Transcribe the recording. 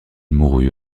mourut